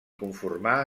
conformar